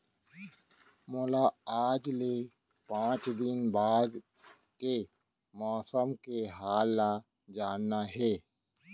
मोला आज ले पाँच दिन बाद के मौसम के हाल ल जानना हे?